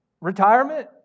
Retirement